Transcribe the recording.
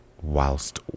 whilst